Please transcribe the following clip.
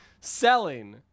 selling